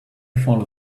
fall